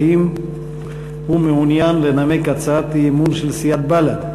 האם הוא מעוניין לנמק הצעת אי-אמון של סיעת בל"ד?